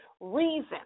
reason